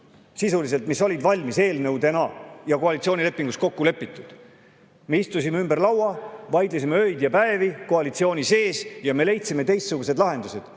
sisuliselt, mis olid eelnõudena valmis ja koalitsioonilepingus kokku lepitud. Me istusime ümber laua, vaidlesime öid ja päevi koalitsiooni sees ja me leidsime teistsugused lahendused.